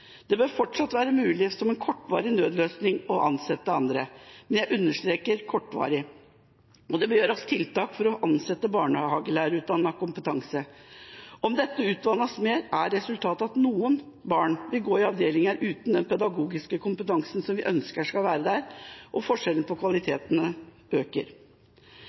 Det bør fortsatt være mulig som en kortvarig nødløsning å ansette andre, men jeg understreker kortvarig. Det bør gjøres tiltak for å ansette folk med barnehagelærerkompetanse. Om dette utvannes mer, er resultatet at noen barn vil gå i avdelinger uten den pedagogiske kompetansen vi ønsker skal være der, og forskjellene i kvalitet øker.